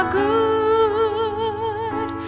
good